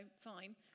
fine